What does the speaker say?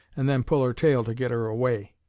and then pull her tail to get her away.